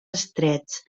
estrets